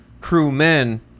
crewmen